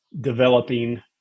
developing